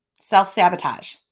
Self-sabotage